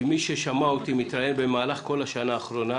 מי ששמע אותי מתראיין במהלך כל השנה האחרונה,